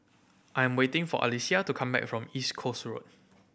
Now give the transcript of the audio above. I am waiting for Alecia to come back from East Coast Road